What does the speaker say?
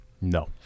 No